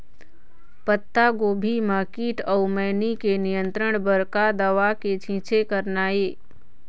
पत्तागोभी म कीट अऊ मैनी के नियंत्रण बर का दवा के छींचे करना ये?